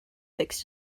fix